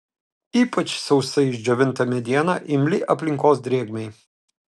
ypač sausai išdžiovinta mediena imli aplinkos drėgmei